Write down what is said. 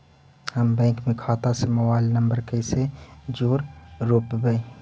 हम बैंक में खाता से मोबाईल नंबर कैसे जोड़ रोपबै?